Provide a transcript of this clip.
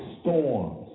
storms